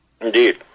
Indeed